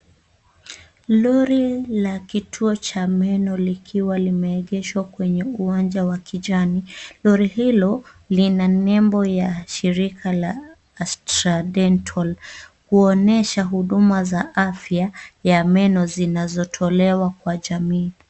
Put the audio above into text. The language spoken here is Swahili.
Lori la kituo cha meno likiwa limeegeshwa kwenye uwanja wa kijani. Lori hilo lina nembo ya shirika la Astra Dental. Huonyesha huduma za afya ya meno zinazotolewa kwa jamii.